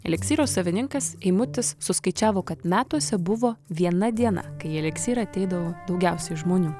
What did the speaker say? eliksyro savininkas eimutis suskaičiavo kad metuose buvo viena diena kai į eliksyrą ateidavo daugiausiai žmonių